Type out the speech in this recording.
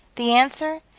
the answer.